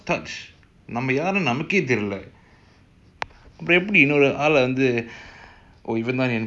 it's quite a comedy like what my friend mentioned earlier on like